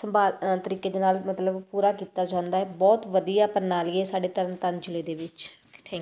ਸੰਭਾਲ ਅ ਤਰੀਕੇ ਦੇ ਨਾਲ ਮਤਲਬ ਪੂਰਾ ਕੀਤਾ ਜਾਂਦਾ ਹੈ ਬਹੁਤ ਵਧੀਆ ਪ੍ਰਣਾਲੀ ਹੈ ਸਾਡੇ ਤਰਨ ਤਾਰਨ ਜ਼ਿਲ੍ਹੇ ਦੇ ਵਿੱਚ ਥੈਂਕ